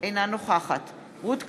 אינה נוכחת רות קלדרון,